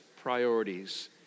priorities